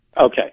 okay